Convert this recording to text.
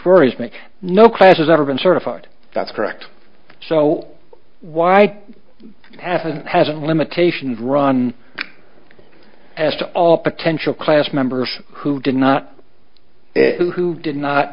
worries me no class has ever been certified that's correct so why haven't hasn't limitations run as to all potential class members who did not who did not